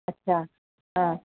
अछा हा